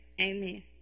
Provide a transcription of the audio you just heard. amen